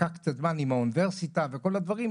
לקח קצת זמן עם האוניברסיטה וכל הדברים,